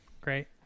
Great